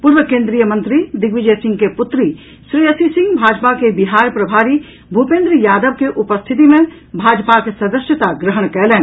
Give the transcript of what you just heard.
पूर्व केंद्रीय मंत्री दिग्विजय सिंह के पुत्री श्रेयसी सिंह भाजपा के बिहार प्रभारी भूपेन्द्र यादव के उपस्थिति मे भाजपाक सदस्यता ग्रहण कयलनि